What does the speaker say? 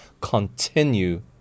continue